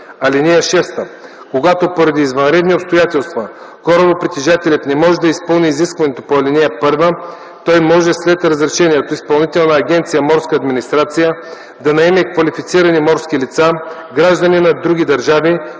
граждани. (6) Когато поради извънредни обстоятелства корабопритежателят не може да изпълни изискването по ал. 1, той може след разрешение от Изпълнителна агенция „Морска администрация” да наеме квалифицирани морски лица, граждани на други държави